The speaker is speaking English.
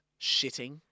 shitting